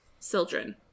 sildren